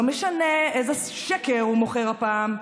לא משנה איזה שקר הוא מוכר הפעם,